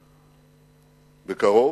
בקרוב,